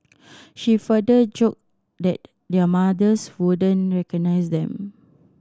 she further joked that their mothers wouldn't recognise them